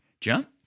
jump